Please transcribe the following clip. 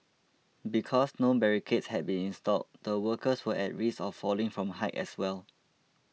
because no barricades had been installed the workers were at risk of falling from height as well